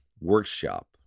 workshop